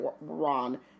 Ron